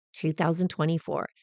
2024